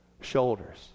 shoulders